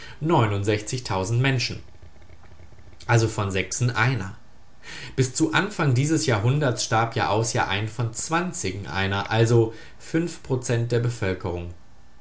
menschen also von sechsen einer bis zu anfang dieses jahrhunderts starb jahraus jahrein von zwanzigen einer also prozent der bevölkerung